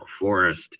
Forest